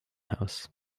house